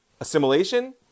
assimilation